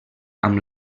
amb